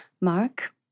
Mark